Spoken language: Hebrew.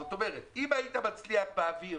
זאת אומרת, אם היית מצליח באוויר